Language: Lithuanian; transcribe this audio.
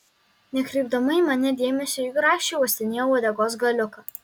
nekreipdama į mane dėmesio ji grakščiai uostinėjo uodegos galiuką